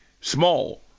small